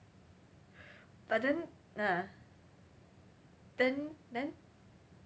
but then ah then then